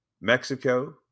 Mexico